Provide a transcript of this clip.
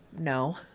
No